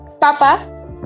Papa